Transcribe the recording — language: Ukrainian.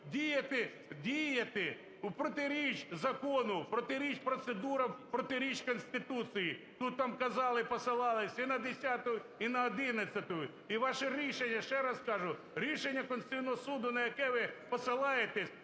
діяти… діяти у протиріч закону, протиріч процедурам, протиріч Конституції? Ну, там казали, посилалися і на 10-у і на 11-у. І ваші рішення, ще раз кажу, рішення Конституційного Суду, на яке ви посилаєтесь…